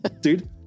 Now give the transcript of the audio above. dude